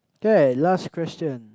okay last question